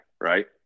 right